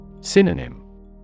Synonym